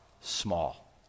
small